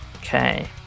okay